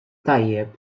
tajjeb